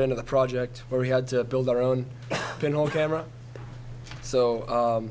right into the project where we had to build our own pinhole camera so